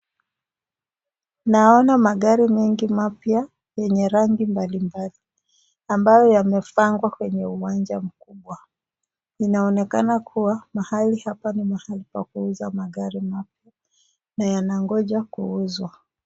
Naona magari mengi mapya yenye rangi mbalimbali ambayo yamepangwa kwenye uwanja mkubwa, inaonekana kuwa mahali hapa ni mahali pa kuuza magari mapya na yanangoja kuuzwa.